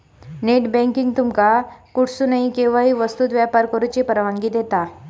net banking तुमका कुठसूनही, केव्हाही विस्तृत व्यवहार करुची परवानगी देता